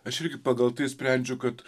aš irgi pagal tai sprendžiu kad